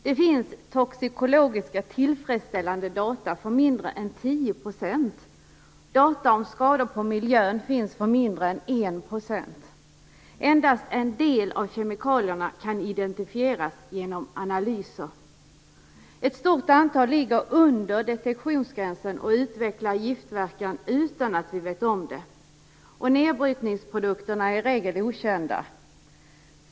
Det finns tillfredsställande toxikologiska data för mindre än 10 %. Data om skador på miljön finns för mindre än 1 %. Endast en del av kemikalierna kan identifieras genom analyser. Ett stort antal ligger under detektionsgränsen och utvecklar giftverkan utan att vi vet om det. Nedbrytningsprodukterna är i regel okända.